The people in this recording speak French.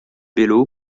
bello